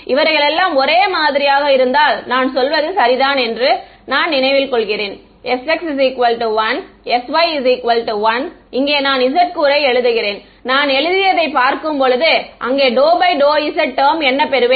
இவர்களெல்லாம் ஒரே மாதிரியாக இருந்தால் நான் சொல்வது சரிதான் என்று நான் நினைவில் கொள்கிறேன் sx 1 sy 1 இங்கே நான் z கூறை எழுதுகிறேன் நான் எழுதியதை பார்க்கும் போது அங்கே ∂ ∂z டெர்ம் என்ன பெறுவேன்